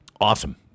awesome